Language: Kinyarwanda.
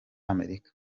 amerika